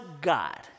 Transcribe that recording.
God